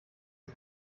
ich